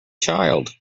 child